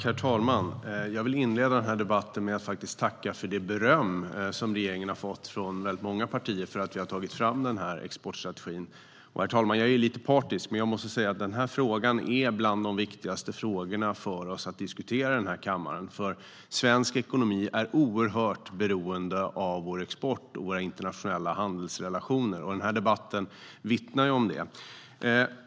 Herr talman! Jag vill inleda denna debatt med att faktiskt tacka för det beröm som regeringen har fått från många partier för att vi har tagit fram denna exportstrategi. Jag är lite partisk, men jag måste säga att den här frågan är bland de viktigaste frågorna för oss att diskutera i denna kammare eftersom svensk ekonomi är oerhört beroende av vår export och av våra internationella handelsrelationer. Och den här debatten vittnar om det.